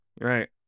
Right